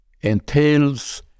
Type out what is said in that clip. entails